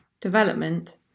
development